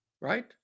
right